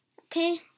Okay